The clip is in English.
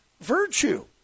virtue